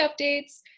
updates